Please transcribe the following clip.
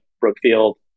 Brookfield